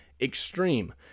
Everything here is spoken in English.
Extreme